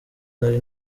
nari